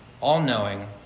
all-knowing